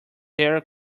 their